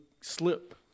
slip